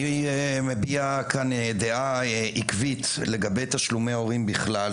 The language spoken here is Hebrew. אני מביע כאן דעה עיקבית לגבי תשלומי הורים בכלל,